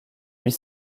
huit